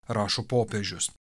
rašo popiežius